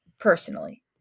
Personally